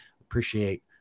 Appreciate